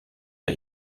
der